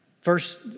first